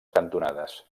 cantonades